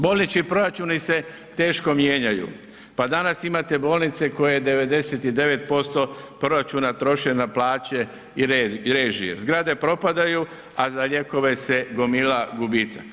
Bolnički proračuni se teško mijenjaju, pa danas imate bolnice koje 99% proračuna troše na plaće i režije, zgrade propadaju, a za lijekove se gomila gubitak.